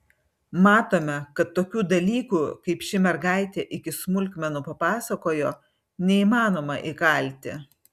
matome kad tokių dalykų kaip ši mergaitė iki smulkmenų papasakojo neįmanoma įkalti